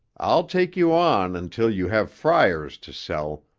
i'll take you on until you have fryers to sell,